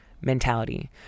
mentality